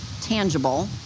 tangible